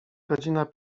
godzina